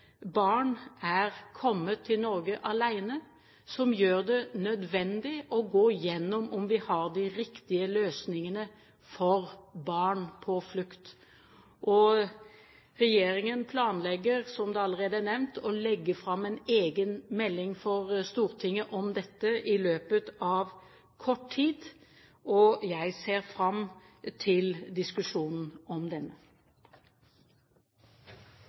barn er kommet til Norge alene – som gjør det nødvendig å gå gjennom om vi har de riktige løsningene for barn på flukt. Regjeringen planlegger, som det allerede er nevnt, å legge fram en egen melding for Stortinget om dette i løpet av kort tid. Jeg ser fram til diskusjonen om